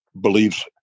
believes